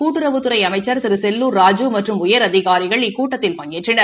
கூட்டுறவுததுறை அமைச்சர் திரு செல்லூர் ராஜு மற்றும் உயரதிகாரிகள் இக்கூட்டத்தில் பங்கேற்றனர்